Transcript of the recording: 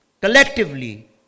collectively